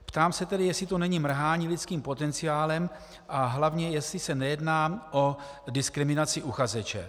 Ptám se tedy, jestli to není mrhání lidským potenciálem a hlavně, jestli se nejedná o diskriminaci uchazeče.